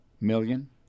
million